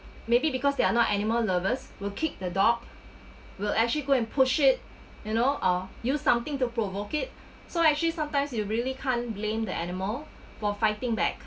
maybe because they are not animal lovers will kick the dog will actually go and push it you know or use something to provoke it so actually sometimes you really can't blame the animal for fighting back